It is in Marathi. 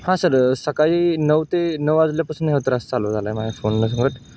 हां सर सकाळी नऊ ते नऊ वाजल्यापासून हा त्रास चालू झाला आहे माझ्या फोन